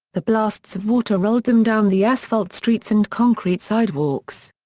the blasts of water rolled them down the asphalt streets and concrete sidewalks.